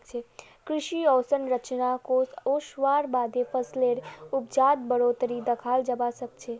कृषि अवसंरचना कोष ओसवार बादे फसलेर उपजत बढ़ोतरी दखाल जबा सखछे